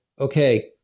okay